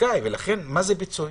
לכן מה זה פיצוי?